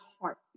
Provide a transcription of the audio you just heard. heart